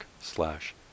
slash